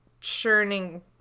churning